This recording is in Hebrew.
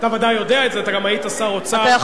אתה ודאי יודע את זה, אתה גם היית שר האוצר.